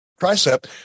tricep